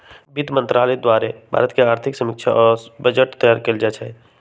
वित्त मंत्रालय द्वारे भारत के आर्थिक समीक्षा आ बजट तइयार कएल जाइ छइ